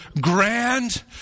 grand